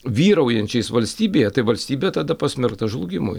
vyraujančiais valstybėje tai valstybė tada pasmerkta žlugimui